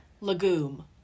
legume